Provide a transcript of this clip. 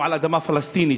לא על אדמה פלסטינית,